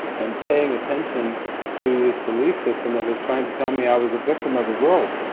and paying attention to this belief system that was trying to tell me i was a victim of the world.